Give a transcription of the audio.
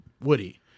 Woody